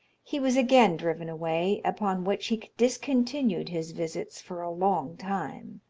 he was again driven away, upon which he discontinued his visits for a long time.